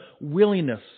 willingness